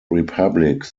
republic